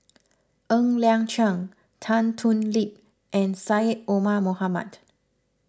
Ng Liang Chiang Tan Thoon Lip and Syed Omar Mohamed